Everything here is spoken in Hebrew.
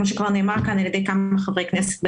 כפי שכבר נאמר כאן על ידי כמה חברי כנסת בדיון.